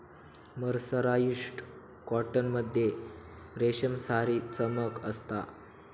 mercerised cotton मध्ये रेशमसारी चमक असता